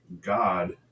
God